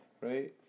right